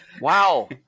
Wow